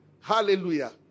Hallelujah